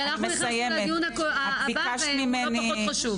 רק לסכם כי אנחנו נכנסנו לדיון הבא והוא לא פחות חשוב.